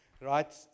right